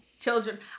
Children